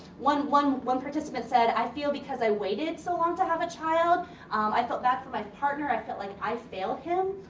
one one participant said i feel because i waited so long to have a child i felt bad for my partner, i felt like i failed him.